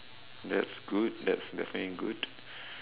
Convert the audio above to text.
that's good that's definitely good